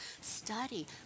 Study